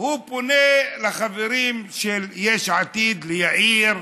הוא פונה לחברים של יש עתיד, ליאיר,